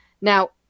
Now